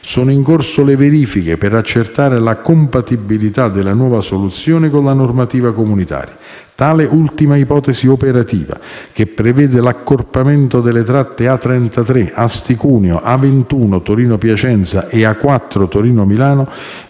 Sono in corso le verifiche per accertare la compatibilità della nuova soluzione con la normativa comunitaria. Tale ultima ipotesi operativa, che prevede l'accorpamento delle tratte A33 (Asti-Cuneo), A21 (Torino-Piacenza ) e A4 (Torino-Milano),